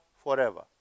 forever